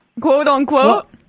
quote-unquote